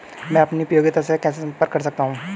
मैं अपनी उपयोगिता से कैसे संपर्क कर सकता हूँ?